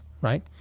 right